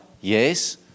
Yes